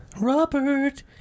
Robert